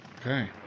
Okay